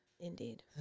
Indeed